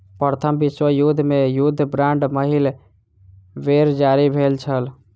प्रथम विश्व युद्ध मे युद्ध बांड पहिल बेर जारी भेल छल